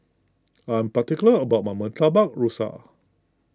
I am particular about my Murtabak Rusa